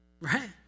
Right